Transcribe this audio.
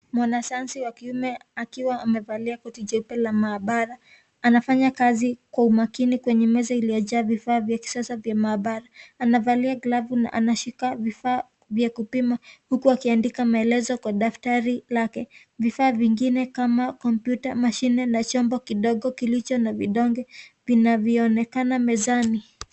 Mwanasayansi wa kiume akiwa amevalia koti jeupe la maabara. Anafanya kazi kwa makini kwenye meza iliyojaa vifaa vya kisasa vya maabara. Anavalia glavu na anashika vifaa vya kupima huku akiandika maelezo kwa daftari lake. Vifaa vingine kama kompyuta, mashine na chombo kidogo kilicho na vidonge vinavyoonekana mezani.